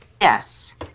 Yes